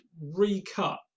recut